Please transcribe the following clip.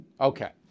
Okay